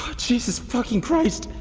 jesus fucking christ,